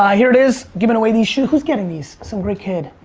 ah here it is, givin' away these shoes, who's getting these? some great kid.